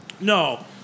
No